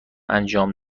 انجام